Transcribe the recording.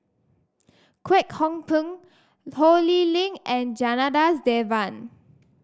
Kwek Hong Png Ho Lee Ling and Janadas Devan